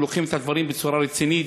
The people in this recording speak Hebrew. אנחנו לוקחים את הדברים בצורה רצינית,